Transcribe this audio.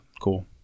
Cool